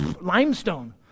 limestone